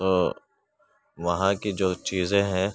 تو وہاں کی جو چیزیں ہیں